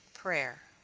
prayer.